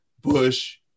Bush